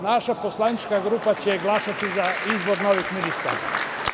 Naša poslanička grupa će glasati za izbor novih ministara.